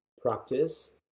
practice